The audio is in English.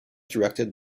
directed